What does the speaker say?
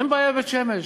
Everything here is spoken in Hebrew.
אין בעיה בבית-שמש.